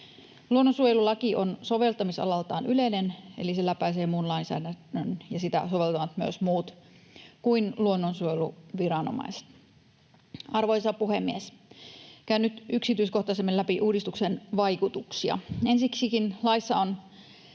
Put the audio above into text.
Luonnonsuojelulaki on soveltamisalaltaan yleinen, eli se läpäisee muun lainsäädännön, ja sitä soveltavat myös muut kuin luonnonsuojeluviranomaiset. Arvoisa puhemies! Käyn nyt yksityiskohtaisemmin läpi uudistuksen vaikutuksia. Ensiksikin laissa on